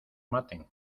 maten